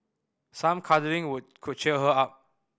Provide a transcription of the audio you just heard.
some cuddling would could cheer her up